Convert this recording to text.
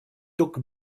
took